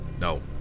No